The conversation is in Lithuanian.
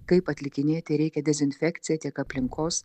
kaip atlikinėti reikia dezinfekciją tiek aplinkos